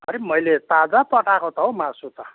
अरे मैले ताजा पठाएको त हौ मासु त